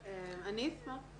שילדי כיתות ה' ו-ו' יגיעו לבית הספר,